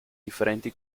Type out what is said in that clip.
differenti